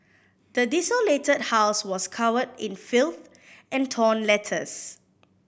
the desolated house was covered in filth and torn letters